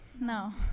No